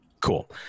Cool